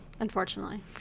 Unfortunately